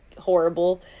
horrible